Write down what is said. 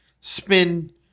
spin